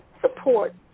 support